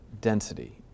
density